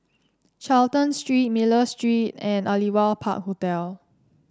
Charlton Street Miller Street and Aliwal Park Hotel